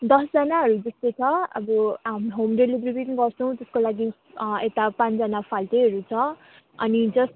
दसजनाहरू जस्तो छ अब हाम होम डेलेभरी पनि गर्छौँ त्यसको लागि यता पाँचजना फाल्टैहरू छ अनि